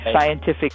scientific